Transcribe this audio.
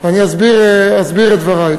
ואני אסביר את דברי.